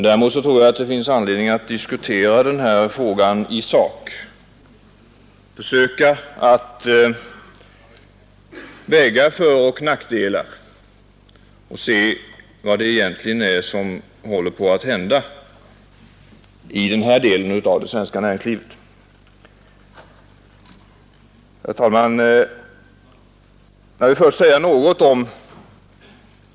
Däremot tror jag att det finns anledning att diskutera denna fråga i sak, försöka väga föroch nackdelar och se vad det egentligen är som håller på att hända i denna del av det svenska näringslivet. Herr talman!